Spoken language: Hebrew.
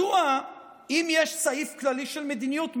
אם יש סעיף כללי של מדיניות,